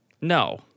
no